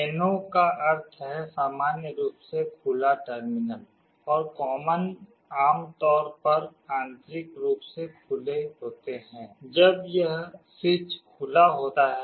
NO का अर्थ है सामान्य रूप से खुला टर्मिनल और कॉमन आम तौर पर आंतरिक रूप से खुले होते हैं जब यह स्विच खुला होता है